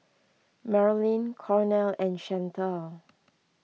Marylin Cornel and Chantal